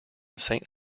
saint